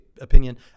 opinion